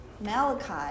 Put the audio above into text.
malachi